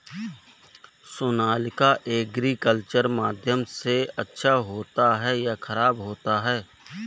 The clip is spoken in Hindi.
सोनालिका एग्रीकल्चर माध्यम से अच्छा होता है या ख़राब होता है?